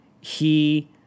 he-